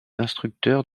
instructeur